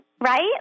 right